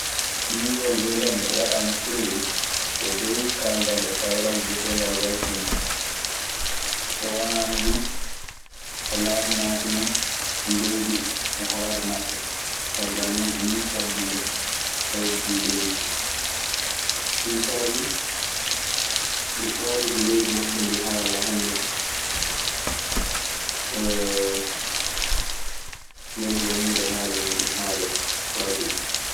Nuwel elande waɗama kereye e dow kaldal e kawral bietegal waytinge. So wonaano ɗun, ɓe laatanaakino leydi e hoore maɓɓe. Caggal muuɗun nii fedde ndee waylitii leydi. Ɗun saabii nde taariki leydi maɓɓe ndii haalaa hannde fu, ndenɗon huunde haala muuɗun haalete. Waajibi.